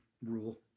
Rule